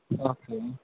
okay